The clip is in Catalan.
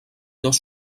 dos